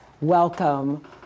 welcome